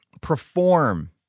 perform